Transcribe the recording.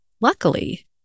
luckily